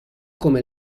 come